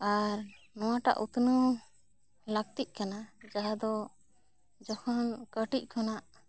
ᱟᱨ ᱱᱚᱣᱟᱴᱟᱜ ᱩᱛᱱᱟᱹᱣ ᱞᱟᱹᱠᱛᱤ ᱠᱟᱱᱟ ᱡᱟᱦᱟᱸ ᱫᱚ ᱡᱚᱠᱷᱚᱱ ᱠᱟᱹᱴᱤᱡ ᱠᱷᱚᱱᱟᱜ